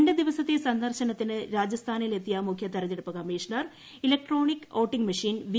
രണ്ട് ദിവസത്തെ സന്ദർശനത്തിന് രാജസ്ഥാനിൽ എത്തിയ മുഖ്യ തിരഞ്ഞെടുപ്പ് commissioner electronic voting machine V